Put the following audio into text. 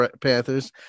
Panthers